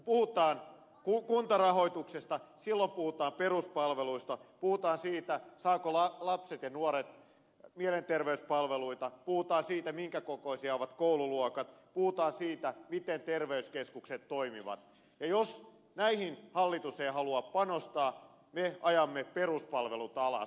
kun puhutaan kuntarahoituksesta silloin puhutaan peruspalveluista puhutaan siitä saavatko lapset ja nuoret mielenterveyspalveluita puhutaan siitä minkä kokoisia ovat koululuokat puhutaan siitä miten terveyskeskukset toimivat ja jos näihin hallitus ei halua panostaa me ajamme peruspalvelut alas